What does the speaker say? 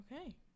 okay